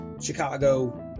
Chicago –